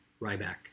Ryback